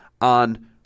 on